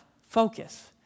focus